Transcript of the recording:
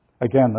Again